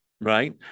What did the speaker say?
right